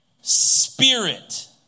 spirit